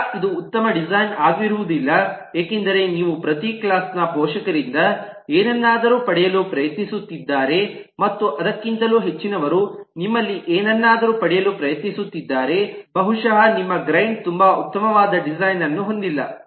ನಂತರ ಇದು ಉತ್ತಮ ಡಿಸೈನ್ ಆಗಿರುವುದಿಲ್ಲ ಏಕೆಂದರೆ ನೀವು ಪ್ರತಿ ಕ್ಲಾಸ್ ನ ಪೋಷಕರಿಂದ ಏನನ್ನಾದರೂ ಪಡೆಯಲು ಪ್ರಯತ್ನಿಸುತ್ತಿದ್ದಾರೆ ಮತ್ತು ಅದಕ್ಕಿಂತಲೂ ಹೆಚ್ಚಿನವರು ನಿಮ್ಮಲ್ಲಿ ಏನನ್ನಾದರೂ ಪಡೆಯಲು ಪ್ರಯತ್ನಿಸುತ್ತಿದ್ದಾರೆ ಬಹುಶಃ ನಿಮ್ಮ ಗ್ರೈಂಡ್ ತುಂಬಾ ಉತ್ತಮವಾದ ಡಿಸೈನ್ ಅನ್ನು ಹೊಂದಿಲ್ಲ